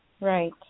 right